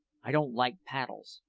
i don't like paddles.